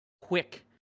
quick